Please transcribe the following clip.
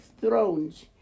thrones